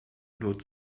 nur